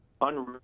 Unreal